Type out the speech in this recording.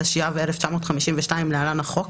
התשי"ב-1952 (להלן החוק),